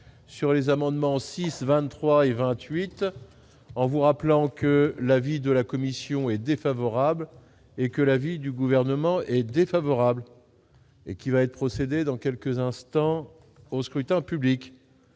sur les amendements 6 23 et 28 en vous rappelant que l'avis de la commission est défavorable et que l'avis du gouvernement est défavorable. Et qui va être dans quelques instants au scrutin public